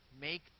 make